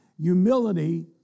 humility